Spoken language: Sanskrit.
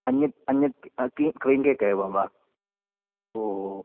अन्यत् अन्यत् कि क्रीं केक् एव वा ओहो